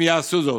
הם יעשו זאת.